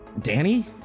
Danny